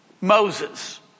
Moses